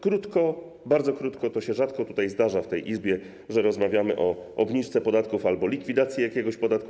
Krótko, bardzo krótko: to się rzadko zdarza w tej Izbie, że rozmawiamy o obniżce podatków albo o likwidacji jakiegoś podatku.